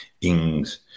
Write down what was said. Ings